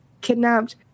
kidnapped